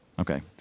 Okay